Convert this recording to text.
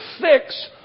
fix